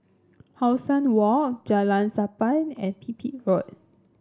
How Sun Walk Jalan Sappan and Pipit Road